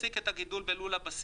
יפסיק את הגידול בלול הבסיס,